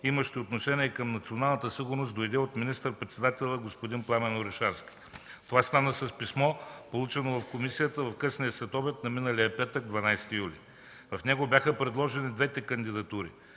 имащи отношение към националната сигурност, дойде от министър-председателя господин Пламен Орешарски. Това стана с писмо, получено в комисията в късния следобед на миналия петък, 12 юли 2013 г. В него бяха предложени двете кандидатури